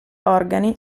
organi